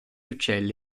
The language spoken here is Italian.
uccelli